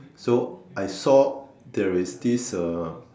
so I saw there is this uh